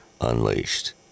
Unleashed